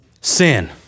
sin